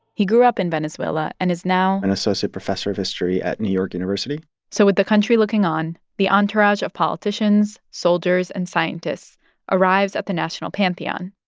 he grew up in venezuela and is now. an associate professor of history at new york university so with the country looking on, the entourage of politicians, soldiers and scientists arrives at the national pantheon.